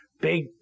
Big